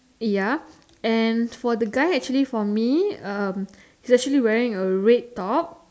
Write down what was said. ya and for the guy actually for me um he's actually wearing a red top